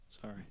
Sorry